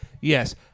yes